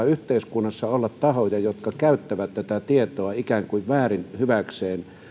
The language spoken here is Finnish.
yhteiskunnassa saattaa olla tahoja jotka käyttävät tätä tietoa ikään kuin väärin hyväkseen